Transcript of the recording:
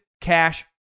cash